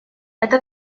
это